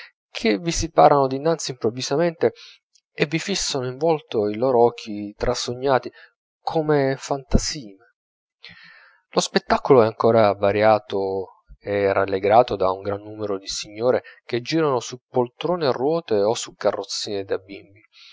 che vi si parano dinanzi improvvisamente e vi fissano in volto i loro occhi trasognati come fantasime lo spettacolo è ancora variato e rallegrato da un gran numero di signore che girano su poltrone a ruote o su carrozzine da bimbi